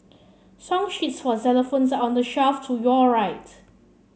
song sheets for xylophones are on the shelf to your right